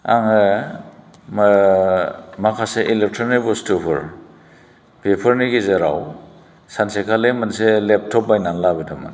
आङो माखासे इलेकट्र'निक बुस्तुफोर बेफोरनि गेजेराव सानसेखालि मोनसे लेपट'प बायनानै लाबोदोंमोन